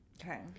Okay